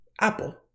Apple